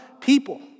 people